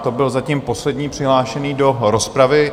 To byl zatím poslední přihlášený do rozpravy.